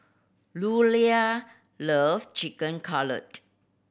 Louella love Chicken Cutlet